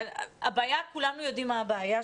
כולנו יודעים מה הבעיה,